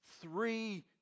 three